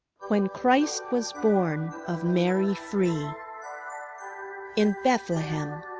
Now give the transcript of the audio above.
when christ was born of mary free, in bethlehem,